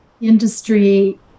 Industry